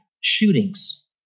shootings